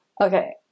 okay